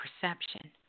perception